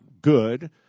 good